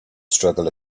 struggle